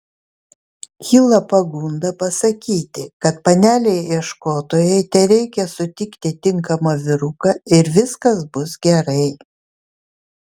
kyla pagunda pasakyti kad panelei ieškotojai tereikia sutikti tinkamą vyruką ir viskas bus gerai